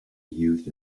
used